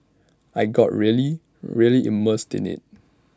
I got really really immersed in IT